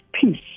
peace